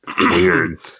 Weird